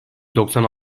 doksan